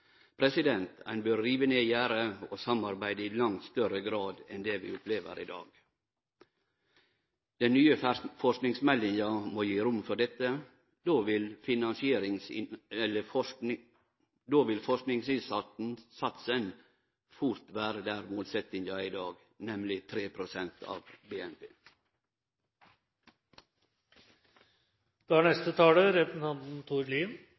Ein bør rive ned gjerde og samarbeide i langt større grad enn det vi opplever i dag. Den nye forskingsmeldinga må gi rom for dette. Då vil forskingsinnsatsen fort vere der målsetjinga er i dag, nemleg 3 pst. av BNP. Jeg er